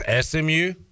SMU